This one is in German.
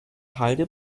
halde